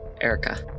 Erica